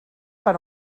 per